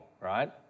right